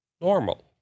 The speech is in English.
normal